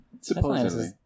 Supposedly